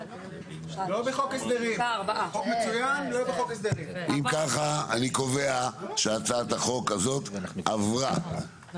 הצבעה אושר אם ככה אני קובע שהצעת החוק הזאת עברה,